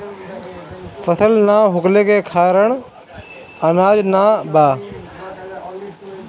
फसल ना होखले के कारण अनाज ना बा